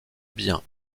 bien